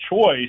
choice